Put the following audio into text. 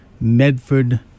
Medford